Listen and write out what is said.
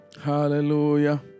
hallelujah